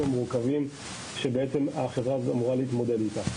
המורכבים שהחברה הזאת אמורה להתמודד איתם,